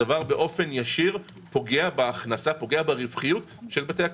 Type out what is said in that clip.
הדבר פוגע באופן ישיר בהכנסה וברווחיות של בתי הקפה.